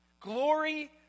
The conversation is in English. glory